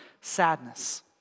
sadness